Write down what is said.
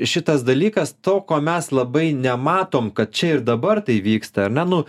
šitas dalykas to ko mes labai nematom kad čia ir dabar tai vyksta ar ne nu